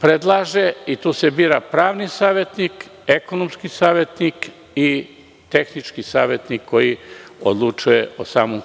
predlaže i tu se bira pravni savetnik, ekonomski savetnik i tehnički savetnik koji odlučuje o samoj